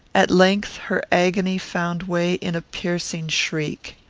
at length her agony found way in a piercing shriek.